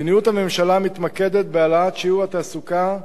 מדיניות הממשלה מתמקדת בהעלאת שיעור התעסוקה,